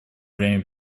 время